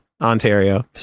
ontario